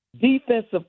defensive